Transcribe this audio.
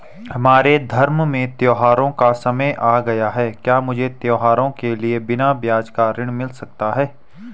हमारे धर्म में त्योंहारो का समय आ गया है क्या मुझे त्योहारों के लिए बिना ब्याज का ऋण मिल सकता है?